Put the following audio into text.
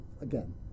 Again